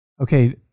okay